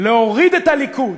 "להוריד את הליכוד"